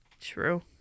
True